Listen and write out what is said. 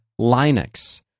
Linux